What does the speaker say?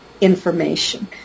information